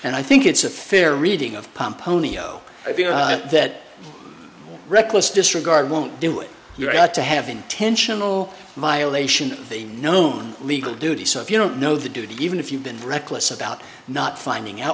and i think it's a fair reading of palm pony oh that reckless disregard won't do it you have to have intentional my own nation they known legal duty so if you don't know the duty even if you've been reckless about not finding out